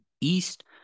East